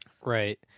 Right